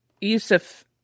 Yusuf